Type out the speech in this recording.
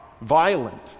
violent